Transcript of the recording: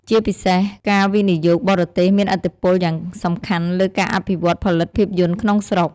ជាពិសេសការវិនិយោគបរទេសមានឥទ្ធិពលយ៉ាងសំខាន់លើការអភិវឌ្ឍន៍ផលិតភាពយន្តក្នុងស្រុក។